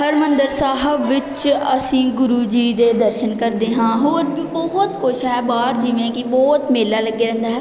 ਹਰਿਮੰਦਰ ਸਾਹਿਬ ਵਿੱਚ ਅਸੀਂ ਗੁਰੂ ਜੀ ਦੇ ਦਰਸ਼ਨ ਕਰਦੇ ਹਾਂ ਹੋਰ ਵੀ ਬਹੁਤ ਕੁਛ ਹੈ ਬਾਹਰ ਜਿਵੇਂ ਕਿ ਬਹੁਤ ਮੇਲਾ ਲੱਗਿਆ ਰਹਿੰਦਾ ਹੈ